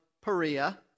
Perea